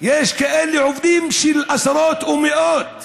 יש כאלה עובדים, עשרות ומאות,